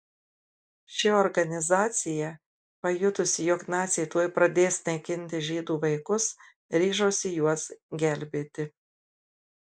ši organizacija pajutusi jog naciai tuoj pradės naikinti žydų vaikus ryžosi juos gelbėti